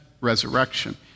resurrection